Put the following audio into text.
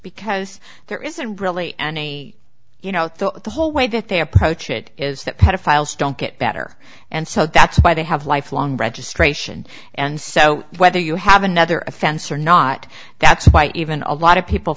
because there isn't really any you know the whole way that they approach it is that pedophiles don't get better and so that's why they have lifelong registration and so whether you have another offense or not that's why even a lot of people